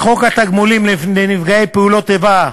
וחוק התגמולים לנפגעי פעולות איבה,